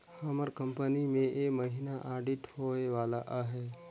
हमर कंपनी में ए महिना आडिट होए वाला अहे